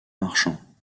marchands